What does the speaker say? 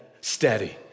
steady